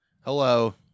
Hello